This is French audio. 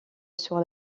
sur